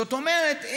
זאת אומרת,